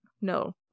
no